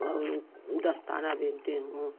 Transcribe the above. और ऊ दस्ताना बुनती हूँ